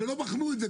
ולא בחנו את זה,